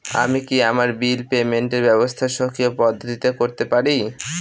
আমি কি আমার বিল পেমেন্টের ব্যবস্থা স্বকীয় পদ্ধতিতে করতে পারি?